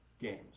games